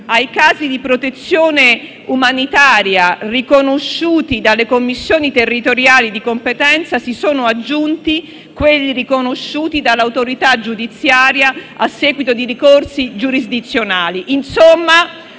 ai casi di protezione umanitaria riconosciuti dalle commissioni territoriali di competenza si sono aggiunti quelli riconosciuti dall'autorità giudiziaria a seguito di ricorso giurisdizionali: